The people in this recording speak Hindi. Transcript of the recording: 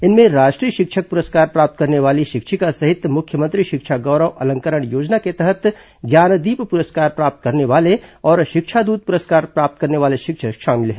इनमें राष्ट्रीय शिक्षक पुरस्कार प्राप्त करने वाली शिक्षिका सहित मुख्यमंत्री शिक्षा गौरव अलंकरण योजना के तहत ज्ञानदीप पुरस्कार प्राप्त करने वाले और शिक्षादूत पुरस्कार प्राप्त करने वाले शिक्षक शामिल हैं